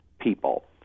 people